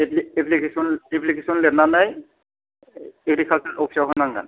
application लिरनानै agriculture अफिसाव होनांगोन